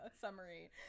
summary